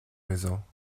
maisons